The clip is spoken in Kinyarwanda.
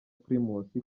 primus